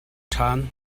ṭhan